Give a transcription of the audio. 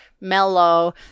mellow